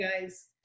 guys